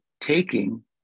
taking